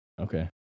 okay